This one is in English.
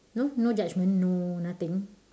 no no judgement no nothing